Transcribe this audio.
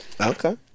Okay